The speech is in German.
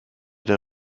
der